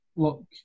look